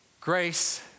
grace